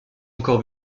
encore